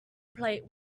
plate